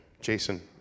Jason